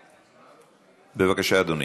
בבקשה, אדוני.